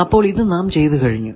അപ്പോൾ ഇത് നാം ചെയ്തു കഴിഞ്ഞു